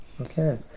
okay